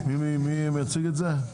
מי מציג את זה?